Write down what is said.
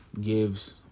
gives